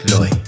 Loy